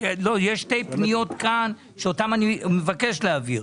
יש כאן שתי פניות שאותן אני מבקש להעביר.